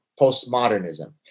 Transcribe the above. postmodernism